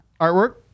Artwork